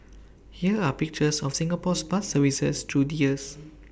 here are pictures of Singapore's bus services through the years